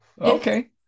Okay